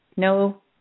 No